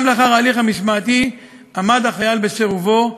גם לאחר ההליך המשמעתי עמד החייל בסירובו,